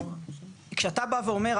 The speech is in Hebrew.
כשאתה בא ואומר,